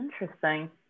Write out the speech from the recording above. interesting